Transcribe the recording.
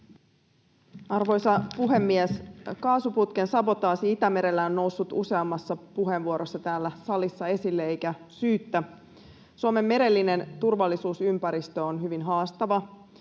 Arvoisa puhemies! Kaasuputken sabotaasi Itämerellä on noussut useammassa puheenvuorossa täällä salissa esille, eikä syyttä. Suomen merellinen turvallisuusympäristö on hyvin haastava,